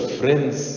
friends